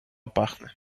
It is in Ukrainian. пахне